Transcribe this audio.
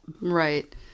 Right